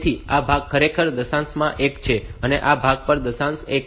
તેથી આ ભાગ ખરેખર દશાંશમાં એક છે અને આ ભાગ પણ દશાંશમાં એક છે